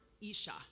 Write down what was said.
Isha